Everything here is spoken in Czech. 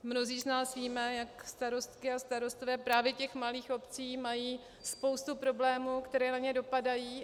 Mnozí z nás víme, jak starostky a starostové právě malých obcí mají spoustu problémů, které na ně dopadají.